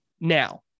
Now